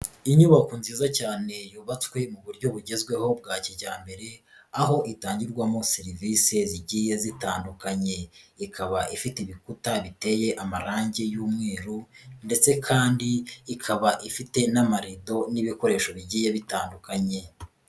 Inyubako nziza cyane yubatswe mu buryo bugezweho bwa kijyambere, aho itangirwamo serivisi zigiye zitandukanye. Ikaba ifite ibikuta biteye amarangi y'umweru ndetse kandi ikaba ifite n'amarido n'ibikoresho bigiye bitandukanye.